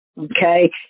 Okay